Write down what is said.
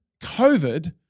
COVID